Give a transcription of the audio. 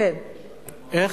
איך